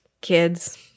kids